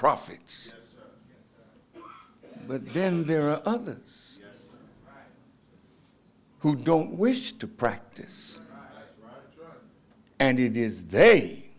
prophets but then there are others who don't wish to practice and it is day